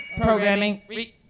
Programming